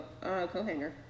co-hanger